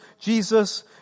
Jesus